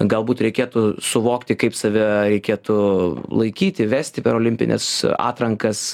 galbūt reikėtų suvokti kaip save reikėtų laikyti vesti per olimpines atrankas